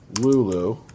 Lulu